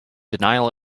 denial